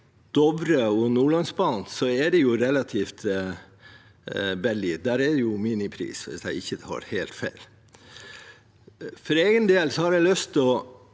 Dovre og Nordlandsbanen er det relativt billig, der er det jo minipriser – hvis jeg ikke tar helt feil. For egen del har jeg lyst til å